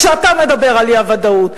כשאתה מדבר על האי-ודאות,